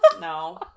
No